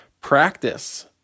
practice